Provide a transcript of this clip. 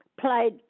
played